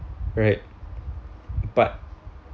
right but